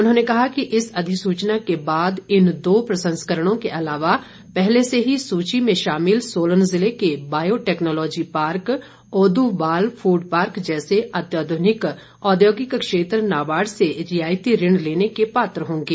उन्होंने कहा कि इस अधिसूचना के बाद इन दो प्रसंस्करणों के अलावा पहले से ही सूची में शामिल सोलन जिले के बायो टैक्नोलॉजी पार्क ओद्वाल फूड पार्क जैसे अत्याध्निक औद्योगिक क्षेत्र नाबार्ड से रियायती ऋण लेने के पात्र होंगे